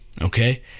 Okay